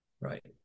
right